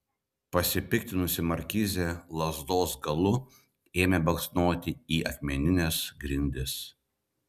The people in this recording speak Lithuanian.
pasipiktinusi markizė lazdos galu ėmė baksnoti į akmenines grindis